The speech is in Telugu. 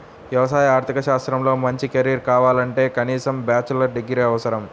వ్యవసాయ ఆర్థిక శాస్త్రంలో మంచి కెరీర్ కావాలంటే కనీసం బ్యాచిలర్ డిగ్రీ అవసరం